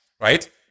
right